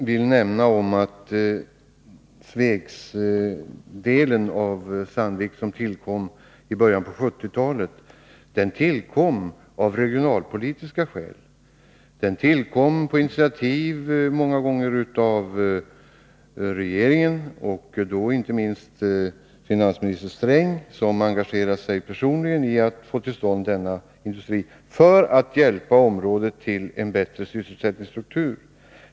Herr talman! Sandviks enhet i Sveg, som etablerades i början på 1970-talet, tillkom av regionalpolitiska skäl och i stor utsträckning på initiativ av regeringen. Inte minst finansminister Sträng engagerade sig personligen för att få till stånd denna industri för att hjälpa området till en bättre sysselsättningsstruktur.